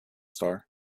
star